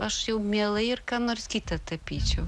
aš jau mielai ir kad nors kiti tapyčiau